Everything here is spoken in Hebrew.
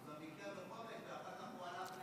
הוא גם ביקר בחומש, ואחר כך הוא הלך,